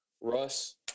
Russ